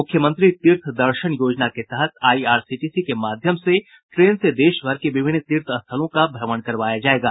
मुख्यमंत्री तीर्थ दर्शन योजना के तहत आईआरसीटीसी के माध्यम से ट्रेन से देशभर के विभिन्न तीर्थ स्थलों का भ्रमण करवाया जायेगा